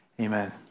Amen